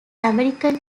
american